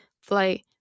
flight